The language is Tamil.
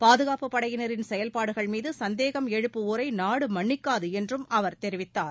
பாதுகாப்பு படையினரின் செயல்பாடுகள் மீது சந்தேகம் எழுப்புவோரை நாடு மன்னிக்காது என்றும் அவர் தெரிவித்தார்